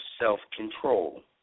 self-control